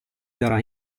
darà